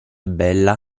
bella